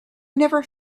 never